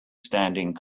standing